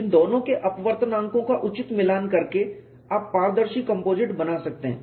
इन दोनों के अपवर्तनांकों का उचित मिलान करके आप पारदर्शी कंपोजिट बना सकते हैं